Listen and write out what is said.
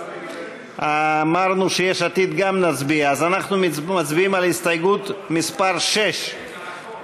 אמרנו שנצביע גם על ההסתייגות של חברי הכנסת יאיר לפיד,